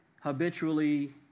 habitually